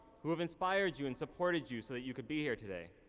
who have inspired you and supported you so that you could be here today.